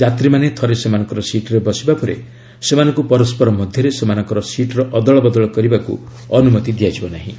ଯାତ୍ରୀମାନେ ଥରେ ସେମାନଙ୍କ ସିଟ୍ରେ ବସିବାପରେ ସେମାନଙ୍କୁ ପରସ୍କର ମଧ୍ୟରେ ସେମାନଙ୍କର ସିଟ୍ର ଅଦଳବଦଳ କରିବାକୁ ଅନୁମତି ଦିଆଯିବ ନାହିଁ